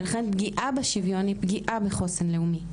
ולכן, פגיעה בשוויון היא פגיעה בחוסן לאומי.